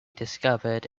discovered